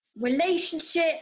relationship